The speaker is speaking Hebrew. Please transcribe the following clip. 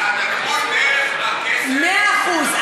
התגמול דרך הכסף הוא, מאה אחוז.